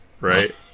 right